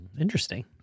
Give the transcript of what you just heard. Interesting